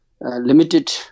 limited